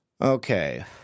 Okay